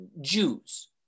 Jews